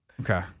Okay